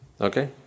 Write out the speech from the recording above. Okay